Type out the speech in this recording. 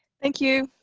thank you,